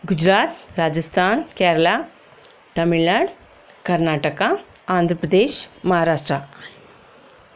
Gujarat Rajasthan Kerala Tamil Nadu Karnataka Andhra Pradesh Maharashtra